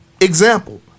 Example